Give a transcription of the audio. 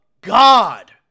god